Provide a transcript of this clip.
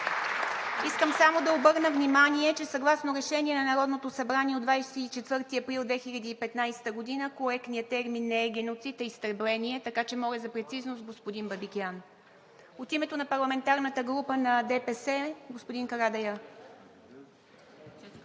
Искам само да обърна внимание, че съгласно Решение на Народното събрание от 24 април 2015 г. коректният термин не е „геноцид“, а „изтребление“, така че моля за прецизност, господин Бабикян. От името на парламентарната група на ДПС – господин Карадайъ.